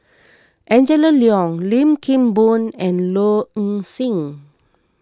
Angela Liong Lim Kim Boon and Low Ing Sing